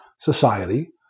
society